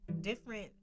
Different